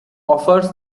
offers